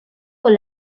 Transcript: con